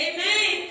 Amen